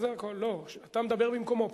אתה מדבר במקומו פשוט.